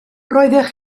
roeddech